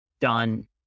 done